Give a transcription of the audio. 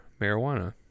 marijuana